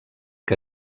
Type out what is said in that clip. que